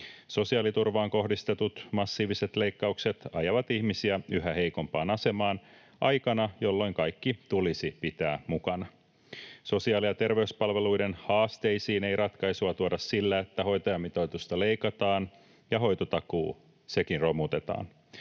Sosiaaliturvaan kohdistetut massiiviset leikkaukset ajavat ihmisiä yhä heikompaan asemaan aikana, jolloin kaikki tulisi pitää mukana. Sosiaali- ja terveyspalveluiden haasteisiin ei ratkaisua tuoda sillä, että hoitajamitoitusta leikataan ja hoitotakuukin romutetaan.